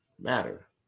matter